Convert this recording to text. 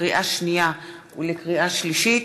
לקריאה שנייה ולקריאה שלישית,